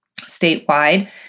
Statewide